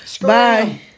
Bye